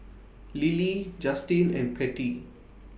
Lilly Justine and Patty